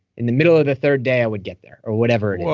in the middle of the third day, i would get there, or whatever it